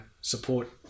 support